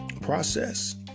process